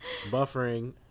buffering